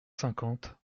cinquante